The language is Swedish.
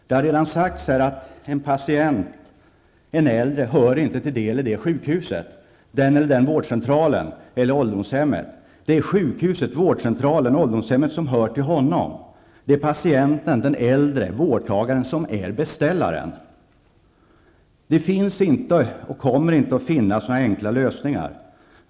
Det har här redan sagts att en patient, en äldre person, inte hör till det eller det sjukhuset, den eller den vårdcentralen eller ålderdomshemmet. Det är sjukhuset, vårdcentralen och ålderdomshemmet som hör till honom. Det är patienten, den äldre vårdtagaren, som är beställaren. Det finns inte och kommer inte att finnas några enkla lösningar.